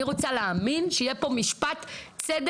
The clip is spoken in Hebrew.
אני רוצה להאמין שיש פה משפט צדק,